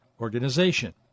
organization